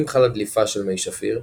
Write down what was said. אם חלה דליפה של מי שפיר,